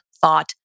thought